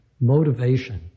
motivation